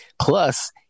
Plus